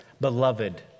beloved